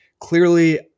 Clearly